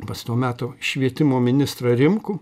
pas to meto švietimo ministrą rimkų